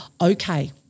Okay